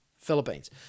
Philippines